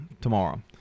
tomorrow